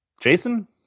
jason